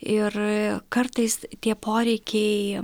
ir kartais tie poreikiai